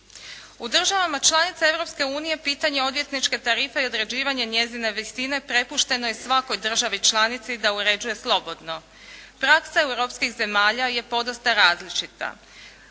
U državama članicama Europske unije pitanje odvjetničke tarife i odrađivanje njezine visine prepušteno je svakoj državi članici da uređuje slobodno. Praksa europskih zemalja je podosta različita.